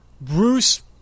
Bruce